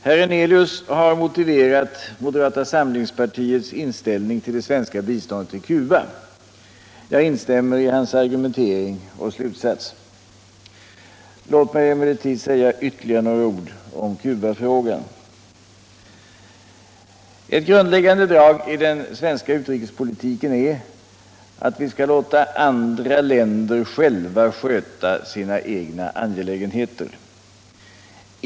Herr Hernelius har motiverat moderata samlingspartiets inställning till det svenska biståndet till Cuba. Jag instämmer i hans argumentering och slutsats. Låt mig emellertid säga ytterligare några ord om Cubafrågan. Ett grundläggande drag i den svenska utrikespolitiken är att vi skall låta andra länder sköta sina egna angelägenheter.